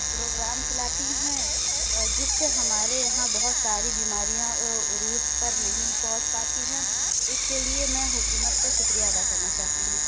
programme چلاتی ہیں اور جس سے ہمارے یہاں بہت ساری بیماریاں عروج پر نہیں پہنچ پاتی ہیں اس کے لیے میں حکومت کا شکریہ ادا کرنا چاہتی ہوں